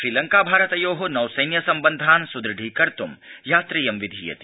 श्रीलंका भारतयो नौसैन्य सम्बन्धान् सुदृढीकतुं यात्रेयं विधीयते